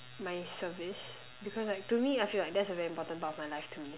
my service because like to me I feel like that's a very important part of my life to me